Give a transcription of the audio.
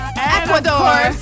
Ecuador